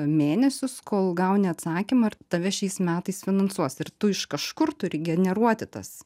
mėnesius kol gauni atsakymą ar tave šiais metais finansuos ir tu iš kažkur turi generuoti tas